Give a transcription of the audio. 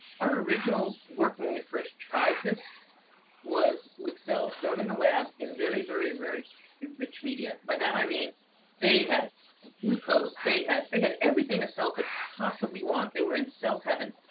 our original work when we first tried this was with cells grown in the lab in very, very, very rich media. by that i mean they had and glucose. they had they had everything a cell could possibly want. they were in cell heaven,